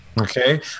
Okay